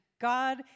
God